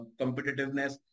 competitiveness